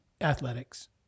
athletics